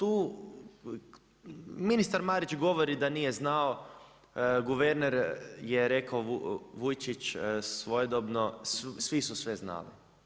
Tu ministar Marić govori da nije znao, guverner, je rekao Vujčić, svojedobno, svi su sve znali.